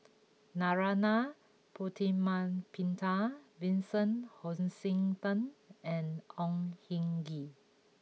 Narana Putumaippittan Vincent Hoisington and Au Hing Yee